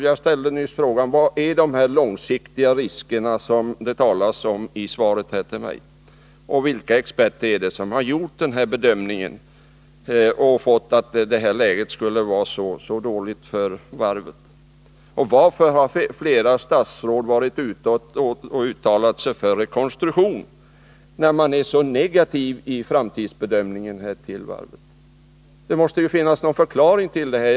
Jag ställde nyss frågan: Vilka är de långsiktiga risker som det talas om i svaret till mig och vilka experter är det som har gjort bedömningen att läget skulle vara så dåligt för varvet? Varför har flera statsråd uttalat sig för en rekonstruktion, när man är så negativ i framtidsbedömningen när det gäller det här varvet? Det måste ju finnas någon förklaring till detta.